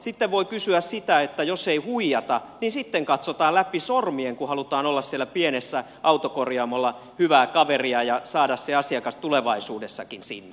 sitten voi kysyä sitä että jos ei huijata niin katsotaanko sitten läpi sormien kun halutaan olla siellä pienessä autokorjaamossa hyvää kaveria ja saada se asiakas tulevaisuudessakin sinne